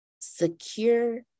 secure